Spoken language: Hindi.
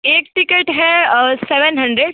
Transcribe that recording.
एक टिकट है सेवन हंड्रेड